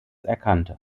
erkannte